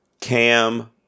Cam